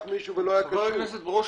מישהו ולא היה קשור -- חבר הכנסת ברושי,